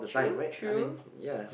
true true